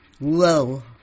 Whoa